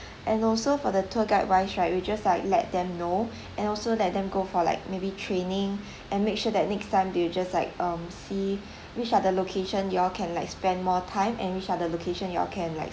and also for the tour guide wise right we just like let them know and also let them go for like maybe training and make sure that next time they'll just like um see which are the location you all can like spend more time and which are the location you all can like